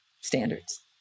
standards